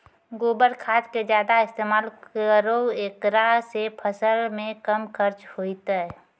गोबर खाद के ज्यादा इस्तेमाल करौ ऐकरा से फसल मे कम खर्च होईतै?